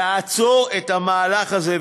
תעצור את המהלך הזה,